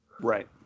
Right